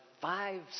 five